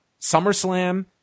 SummerSlam